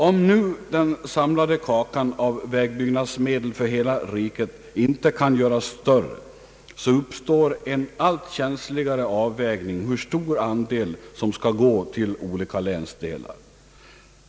Om nu den samlade kakan av vägbyggnadsmedel för hela riket icke kan göras större, så uppstår en allt känsligare avvägning hur stor andel som skall gå till olika landsdelar.